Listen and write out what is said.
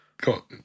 got